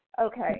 Okay